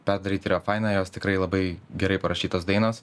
perdaryti yra faina jos tikrai labai gerai parašytos dainos